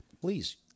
please